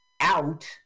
out